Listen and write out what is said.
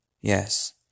Yes